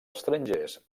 estrangers